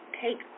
take